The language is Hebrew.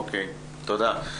תודה.